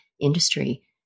industry